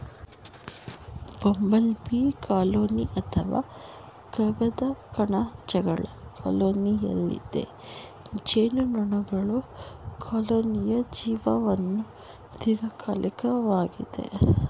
bumble ಬೀ ಕಾಲೋನಿ ಅಥವಾ ಕಾಗದ ಕಣಜಗಳ ಕಾಲೋನಿಯಲ್ಲದೆ ಜೇನುನೊಣಗಳ ಕಾಲೋನಿಯ ಜೀವನವು ದೀರ್ಘಕಾಲಿಕವಾಗಿದೆ